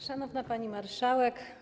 Szanowna Pani Marszałek!